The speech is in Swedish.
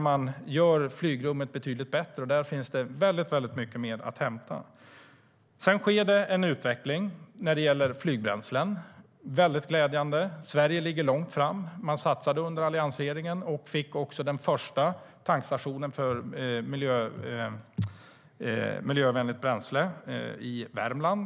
Man gör flygrummet betydligt bättre, och där finns det mycket mer att hämta. Det sker också en utveckling när det gäller flygbränslen som är väldigt glädjande. Sverige ligger långt fram. Man satsade under alliansregeringen och fick också den första tankstationen för miljövänligt bränsle i Värmland.